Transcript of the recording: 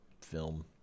film